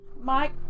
Mike